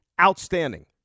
outstanding